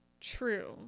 True